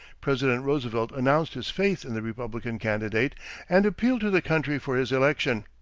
president roosevelt announced his faith in the republican candidate and appealed to the country for his election.